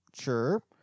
sure